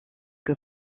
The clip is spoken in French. que